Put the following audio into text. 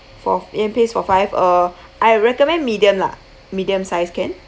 for yam paste for five uh I recommend medium lah medium size can